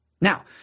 Now